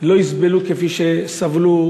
לא יסבלו כפי שסבלו